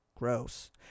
Gross